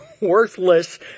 worthless